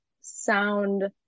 sound